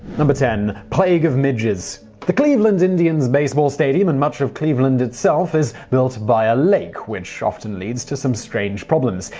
ten. plague of midges the cleveland indians baseball stadium, and much of cleveland itself, is built by a lake, which often leads to some strange problems.